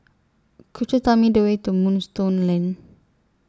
Could YOU Tell Me The Way to Moonstone Lane